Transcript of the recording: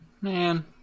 Man